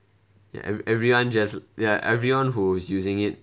every everyone just ya everyone who is using it